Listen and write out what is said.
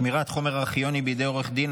(שמירת חומר ארכיוני בידי עורך דין),